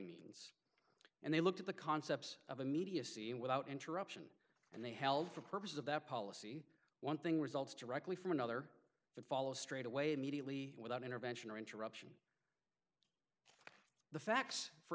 mean and they looked at the concepts of immediacy and without interruption and they held for purposes of that policy one thing results directly from another that follows straight away immediately without intervention or interruption the facts for